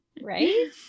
right